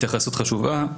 התייחסות חשובה.